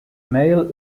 male